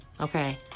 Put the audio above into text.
okay